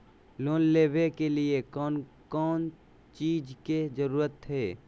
Loan लेबे के लिए कौन कौन चीज के जरूरत है?